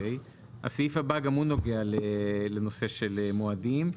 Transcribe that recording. הסעיף הבא גם הוא נוגע לנושא של מועדים.